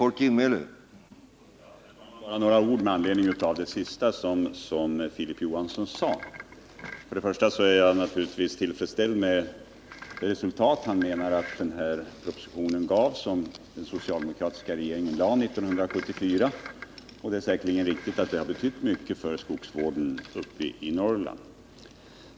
Herr talman! Bara några ord med anledning av det senaste Filip Johansson sade. Först och främst är jag naturligtvis tillfredsställd med det resultat han menar är följden av den proposition som den socialdemokratiska regeringen lade fram 1974. Det är säkerligen riktigt att den har betytt mycket för skogsvården i Norrland.